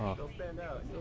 they'll stand out.